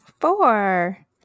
Four